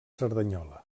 cerdanyola